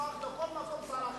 לשלוח לכל מקום שר אחר.